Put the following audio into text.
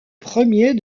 premier